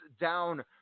down